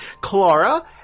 Clara